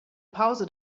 pause